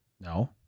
No